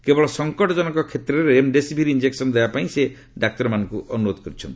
କେବଳ ସଙ୍କଟଜନକ କ୍ଷେତ୍ରରେ ରେମ୍ଡେସିଭିର ଇଞ୍ଜେକସନ ଦେବା ପାଇଁ ସେ ଡାକ୍ତରମାନଙ୍କୁ ଅନୁରୋଧ କରିଛନ୍ତି